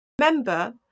Remember